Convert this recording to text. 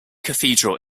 cathedral